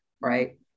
right